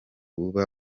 buba